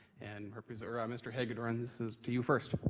and rep ah mr. hagedorn, this is to you first.